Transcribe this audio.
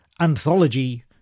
anthology